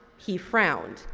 he frowned,